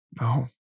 No